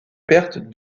perte